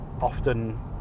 often